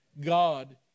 God